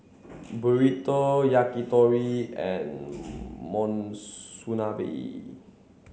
Burrito Yakitori and Monsunabe